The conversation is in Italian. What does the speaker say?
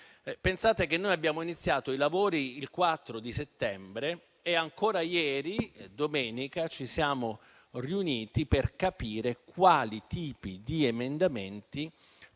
Pensate che noi abbiamo iniziato i lavori il 4 settembre e ancora ieri, domenica, ci siamo riuniti per capire quali tipi di emendamenti